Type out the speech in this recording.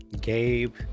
gabe